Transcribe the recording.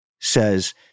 says